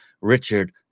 Richard